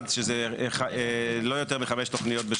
כן, אני מחדש את הדיון.